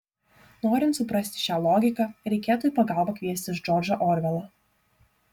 norint suprasti šią logiką reikėtų į pagalbą kviestis džordžą orvelą